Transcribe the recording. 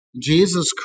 Jesus